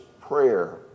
prayer